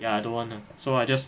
ya I don't want to so I just